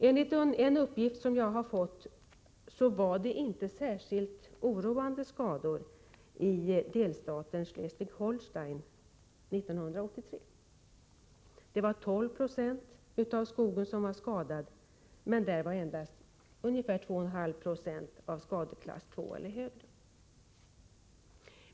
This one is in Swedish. Enligt en uppgift som jag fått var det inte särskilt oroande skador i delstaten Schleswig-Holstein år 1983. 12 26 av skogen var skadad, men endast 2,5 26 låg i skadeklass 2 eller högre.